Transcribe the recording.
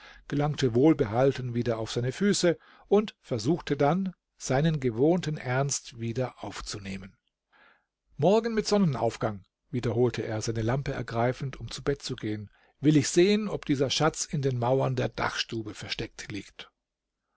gelangte wohlbehalten wieder auf seine füße und versuchte dann seinen gewohnten ernst wieder aufzunehmen morgen mit sonnenaufgang wiederholte er seine lampe ergreifend um zu bett zu gehen will ich sehen ob dieser schatz in den mauern der dachstube versteckt liegt